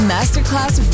Masterclass